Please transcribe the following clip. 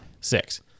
six